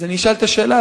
אני אשאל את השאלה,